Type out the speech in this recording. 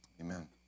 Amen